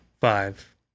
Five